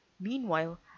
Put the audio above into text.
meanwhile